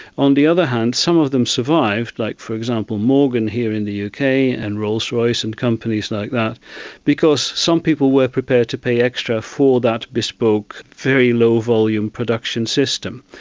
on the other hand, some of them survived, like for example morgan here in the uk and rolls-royce and companies like that because some people were prepared to pay extra for that bespoke, very low volume production system.